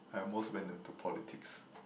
I almost went into politics